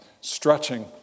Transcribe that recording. stretching